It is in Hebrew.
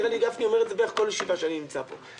נראה לי שגפני אומר את זה בערך בכל ישיבה שאני נצמא פה.